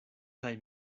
kaj